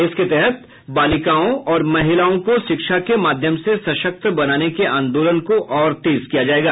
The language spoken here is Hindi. इसके तहत बालिकाओं और महिलाओं को शिक्षा के माध्यम से सशक्त बनाने के आंदोलन को और तेज किया जाएगा